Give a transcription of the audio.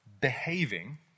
behaving